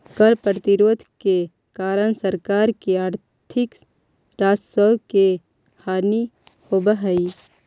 कर प्रतिरोध के कारण सरकार के आर्थिक राजस्व के हानि होवऽ हई